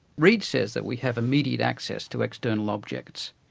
reid says that we have immediate access to external objects,